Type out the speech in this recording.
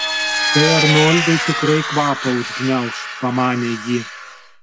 tai arnoldui tikrai kvapą užgniauš pamanė ji